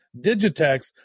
Digitex